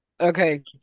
Okay